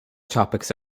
topics